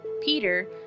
peter